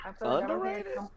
underrated